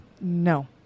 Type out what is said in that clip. No